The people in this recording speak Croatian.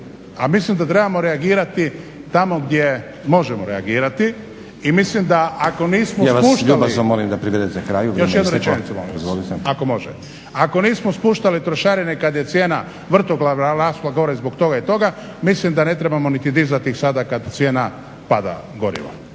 A mislim da trebamo reagirati tamo gdje možemo reagirati i mislim da ako nismo spuštali… **Stazić, Nenad (SDP)** Ja vas ljubazno molim da privedete kraju, vrijeme je isteklo. **Šuker, Ivan (HDZ)** Još jednu rečenicu molim vas, ako može. Ako nismo spuštali trošarine kad je cijena vrtoglavo rasla gore zbog toga i toga mislim da ne trebamo niti dizati sada kad cijena pada goriva.